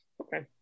okay